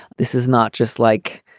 this is not just like